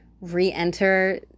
re-enter